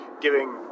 Giving